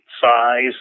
size